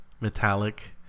Metallic